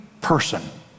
person